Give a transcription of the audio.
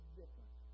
different